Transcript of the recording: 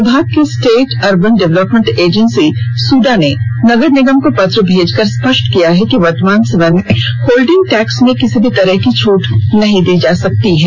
विभाग के state urban development agency SUDA ने नगर निगम को पत्र भेजकर स्पष्ट कर दिया है कि वर्तमान समय में होल्डिंग टैक्स में किसी तरह की छूट नहीं दी जा सकती है